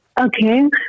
Okay